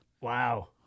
Wow